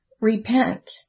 repent